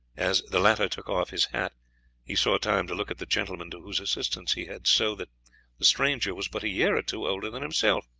as the latter took off his hat he saw time to look at the gentleman to whose assistance he had so that the stranger was but a year or two older than himself.